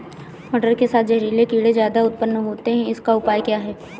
मटर के साथ जहरीले कीड़े ज्यादा उत्पन्न होते हैं इनका उपाय क्या है?